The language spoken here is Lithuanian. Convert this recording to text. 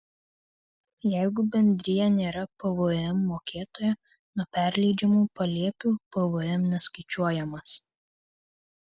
jeigu bendrija nėra pvm mokėtoja nuo perleidžiamų palėpių pvm neskaičiuojamas